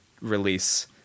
release